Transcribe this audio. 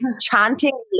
chanting